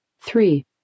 Three